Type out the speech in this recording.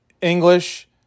English